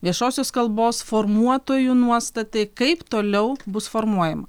viešosios kalbos formuotojų nuostatai kaip toliau bus formuojama